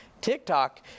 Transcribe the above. TikTok